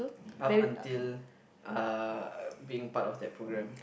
up until uh being part of that program